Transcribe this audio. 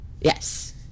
Yes